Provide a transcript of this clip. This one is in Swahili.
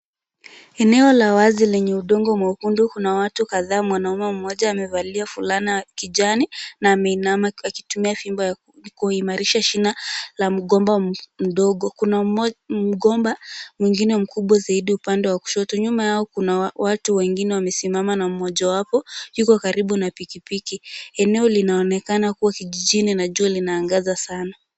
Eneo la wazi lenye udongo mwekundu kuna watu kadhaa . Mwanaume mmoja amevalia fulana kijani na ameinama akitumia fimbo ya kuimarisha shina la mgomba mdogo . Kuna mgomba mwengine mkubwa zaidi upande wa kushoto. Nyuma yao kuna watu wengine wamesimama na mmoja wapo yupo karibu na pikipiki. Eneo linaonekana kuwa kijijini na jua linaangaza sana.